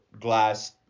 glass